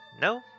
No